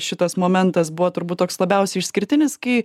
šitas momentas buvo turbūt toks labiausiai išskirtinis kai